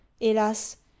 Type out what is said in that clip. hélas